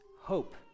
hope